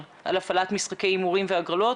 ותקווה גם לסגור את אותם פערים וגם לייצר תוכניות הוליסטיות,